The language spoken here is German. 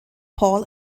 paul